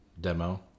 demo